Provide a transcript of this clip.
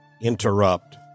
interrupt